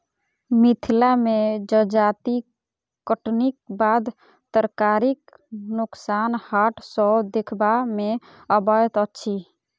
मिथिला मे जजाति कटनीक बाद तरकारीक नोकसान हाट पर देखबा मे अबैत अछि